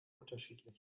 unterschiedlich